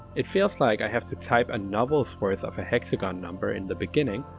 it feels like i have to type a novel's worth of a hexagon-number in the beginning,